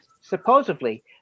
Supposedly